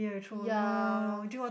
yea